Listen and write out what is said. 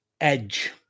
Edge